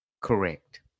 correct